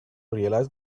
realised